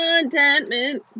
Contentment